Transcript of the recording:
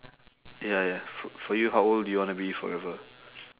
ya ya f~ for you how old do you want to be forever